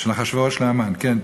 של אחשוורוש להמן, כן.